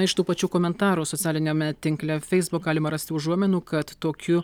iš tų pačių komentarų socialiniame tinkle facebook galima rasti užuominų kad tokiu